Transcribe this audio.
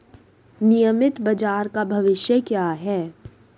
नियमित बाजार का भविष्य क्या है?